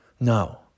No